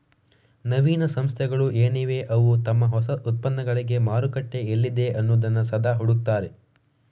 ನವೀನ ಸಂಸ್ಥೆಗಳು ಏನಿವೆ ಅವು ತಮ್ಮ ಹೊಸ ಉತ್ಪನ್ನಗಳಿಗೆ ಮಾರುಕಟ್ಟೆ ಎಲ್ಲಿದೆ ಅನ್ನುದನ್ನ ಸದಾ ಹುಡುಕ್ತಾರೆ